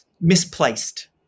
misplaced